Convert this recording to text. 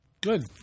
Good